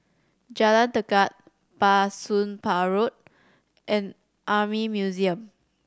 Jalan Tekad Bah Soon Pah Road and Army Museum